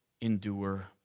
endure